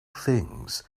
things